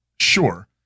sure